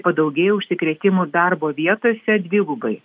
padaugėjo užsikrėtimų darbo vietose dvigubai